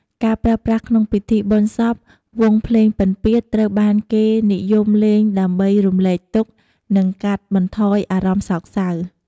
ការប្រើប្រាស់ក្នុងពិធីបុណ្យសព វង់ភ្លេងពិណពាទ្យត្រូវបានគេនិយមលេងដើម្បីរំលែកទុក្ខ និងកាត់បន្ថយអារម្មណ៍សោកសៅ។